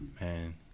Man